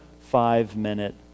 five-minute